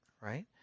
right